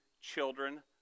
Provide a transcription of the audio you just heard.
children